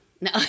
No